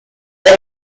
lack